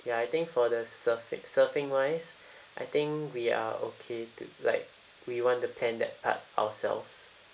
ya I think for the surfing surfing wise I think we are okay to like we want to plan that part ourselves